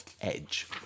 edge